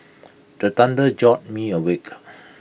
the thunder jolt me awake